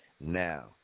Now